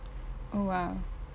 oh !wow!